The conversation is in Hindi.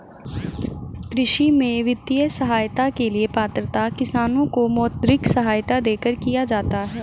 कृषि में वित्तीय सहायता के लिए पात्रता किसानों को मौद्रिक सहायता देकर किया जाता है